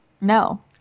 No